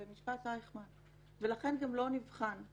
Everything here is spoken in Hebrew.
במשפט אייכמן, ולכן גם לא נבחן.